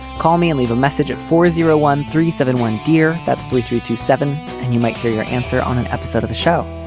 call me and leave a message at four zero one three seven one, dear. that's three three two seven. and you might hear your answer on an episode of the show.